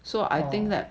so I think that